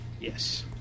Yes